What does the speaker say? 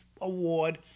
award